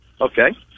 Okay